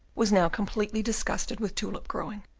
was now completely disgusted with tulip-growing,